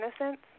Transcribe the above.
innocence